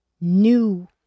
new